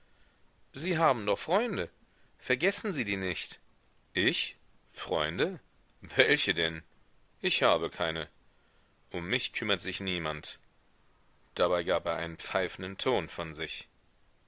sie haben doch freunde vergessen sie die nicht ich freunde welche denn ich habe keine um mich kümmert sich niemand dabei gab er einen pfeifenden ton von sich